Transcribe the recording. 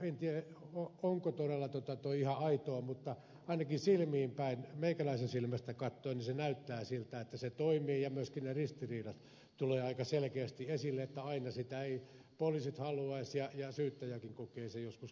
en tiedä onko se todella ihan aitoa mutta ainakin meikäläisen silmästä katsoen se näyttää siltä että se toimii ja myöskin ne ristiriidat tulevat aika selkeästi esille että aina sitä eivät poliisit haluaisi ja syyttäjäkin kokee sen joskus kiusalliseksi